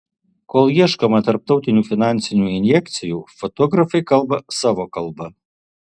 kol ieškoma tarptautinių finansinių injekcijų fotografai kalba savo kalba